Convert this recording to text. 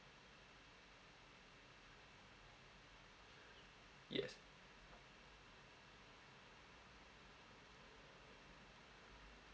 yes